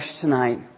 tonight